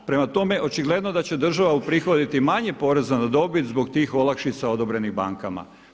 Prema tome, očigledno da će država uprihoditi manje poreza na dobit zbog tih olakšica odobrenih bankama.